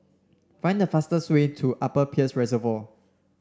find the fastest way to Upper Peirce Reservoir